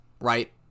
right